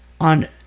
on